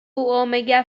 omega